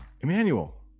Emmanuel